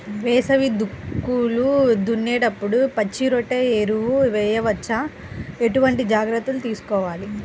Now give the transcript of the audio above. వేసవి దుక్కులు దున్నేప్పుడు పచ్చిరొట్ట ఎరువు వేయవచ్చా? ఎటువంటి జాగ్రత్తలు తీసుకోవాలి?